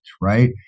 right